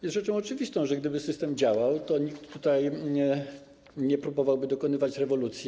Jest rzeczą oczywistą, że gdyby system działał, to nikt tutaj nie próbowałby dokonywać rewolucji.